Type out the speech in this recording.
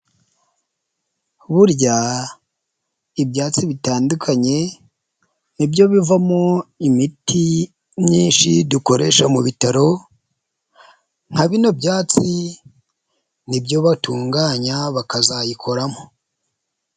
Burya ibyatsi bitandukanye nibyo bivamo imiti myinshi dukoresha mu bitaro, nka bino byatsi nibyo batunganya bakazayikoramo.